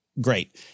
great